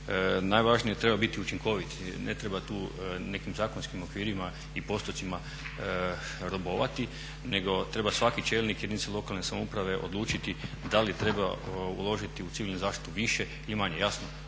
Najvažnije treba biti učinkovit, ne treba tu nekim zakonskim okvirima i postocima robovati nego treba svaki čelnik jedinice lokalne samouprave odlučiti da li treba uložiti u civilnu zaštitu više ili manje. Jasno,